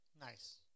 Nice